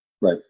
Right